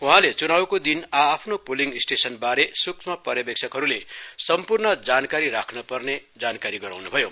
वहाँले चुनावको दिन आ आफ्नो पुलिगं स्टेशन बारे सुक्ष्म पर्यवेक्षकहरूको सम्पूण जानकारी राख्न पर्ने जानकारी गराउन् भयो